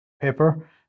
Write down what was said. paper